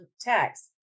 text